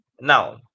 Now